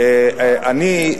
אני,